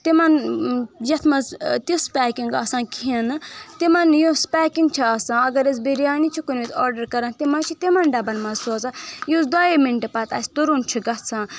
تِمن یتھ منٛز تِژھ پیکِنٛگ آسان کِہیٖنٛۍ نہٕ تِمن یُس پیکِنٛگ چھِ آسان اگر أسۍ بِریانی چھِ کُنہِ وِزِ آرڈر کَران تِم حظ چھِ تِمن ڈبن منٛز سوزان یُس دویے مِنٹہٕ پتہٕ اَسہِ تُرُن چھُ گژھان